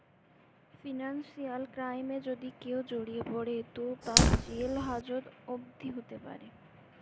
financial ক্রাইমে যদি কেও জড়িয়ে পড়ে তো তার জেল হাজত অবদি হোতে পারে